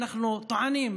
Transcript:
אנחנו טוענים,